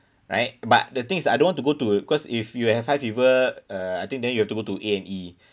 right but the thing is I don't want to go to cause if you have high fever uh I think then you have to go to A&E